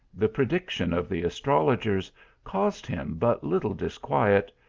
the prediction of the astrologers caused him but little disquiet,